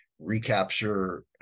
recapture